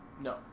No